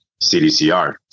CDCR